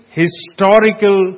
historical